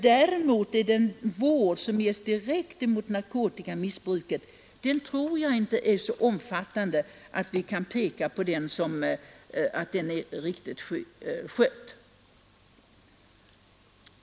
Däremot är den vård som ges direkt mot narkotikamissbruket inte så omfattande att vi kan säga att den är riktigt skött.